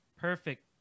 perfect